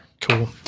Cool